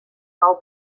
nou